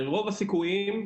רוב הסיכויים,